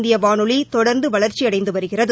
இந்தியவானொலிதொடர்ந்துவளர்ச்சியடைந்துவருகிறது